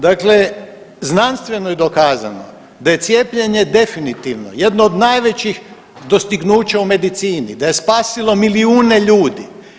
Dakle, znanstveno je dokazano da je cijepljenje definitivno …… jedno od najvećih dostignuća u medicini, da je spasilo milijune ljudi.